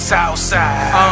Southside